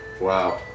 Wow